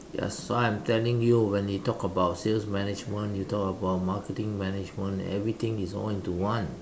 ya fun telling you when they talk about sale management you talk about marketing management everything is all into one